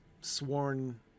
sworn